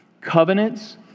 covenants